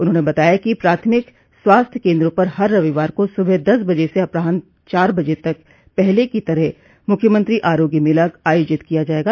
उन्होंने बताया कि प्राथमिक स्वास्थ्य केन्द्रों पर हर रविवार को सुबह दस बजे से अपराहन चार बजे तक पहले की तरह मुख्यमंत्री आरोग्य मेला आयोजित किया जायेगा